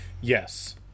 Yes